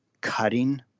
cutting